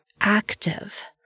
active